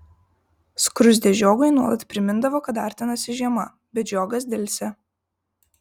skruzdė žiogui nuolat primindavo kad artinasi žiema bet žiogas delsė